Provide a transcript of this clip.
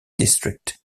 district